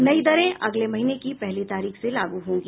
नई दरें अगले महीने की पहली तारीख से लागू होगी